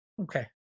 okay